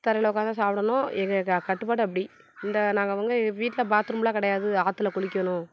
தரையில் உட்கார்ந்து சாப்பிடணும் எங்கே எதாக கட்டுப்பாடு அப்படி இந்த நாங்கள் அவங்க வீட்டில் பாத்ரூமெலாம் கிடையாது ஆற்றுல குளிக்கணும்